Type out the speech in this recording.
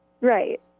Right